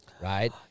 right